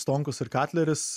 stonkus ir katleris